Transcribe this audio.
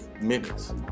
minutes